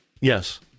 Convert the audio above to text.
Yes